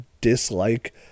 dislike